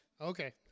Okay